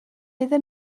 iddyn